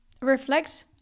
reflect